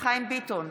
חיים ביטון,